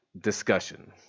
discussion